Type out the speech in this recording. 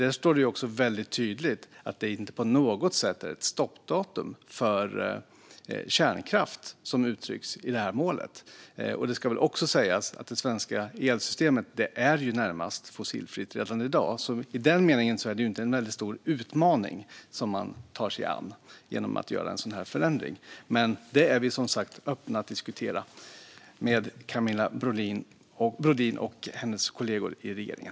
Där stod det väldigt tydligt att det inte på något sätt var ett stoppdatum för kärnkraft som uttrycktes i målet. Det ska också sägas att det svenska elsystemet är närmast fossilfritt redan i dag, så i den meningen är det ju inte någon väldigt stor utmaning som man tar sig an genom att göra en sådan här förändring. Vi är som sagt öppna för att diskutera detta med Camilla Brodin och hennes kollegor i regeringen.